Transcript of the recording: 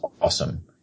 awesome